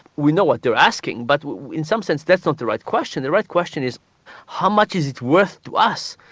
we know what they're asking but in some sense that's not the right question. the right question is how much is it worth to us?